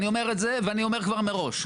אני אומר את זה ואני אומר כבר מראש,